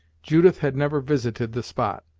judith had never visited the spot,